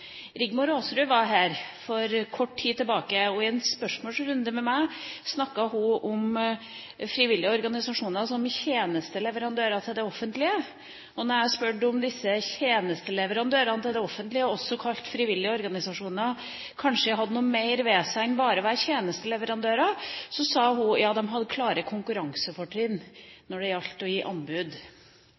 Rigmor Aasrud var her for kort tid tilbake, og i en spørsmålsrunde med meg snakket hun om frivillige organisasjoner som «tjenesteleverandører» til det offentlige. Da jeg spurte om disse tjenesteleverandørene til det offentlige, også kalt frivillige organisasjoner, kanskje hadde noe mer ved seg enn bare å være tjenesteleverandører, sa hun: Ja, de hadde klare konkurransefortrinn når det gjaldt å gi anbud.